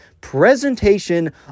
presentation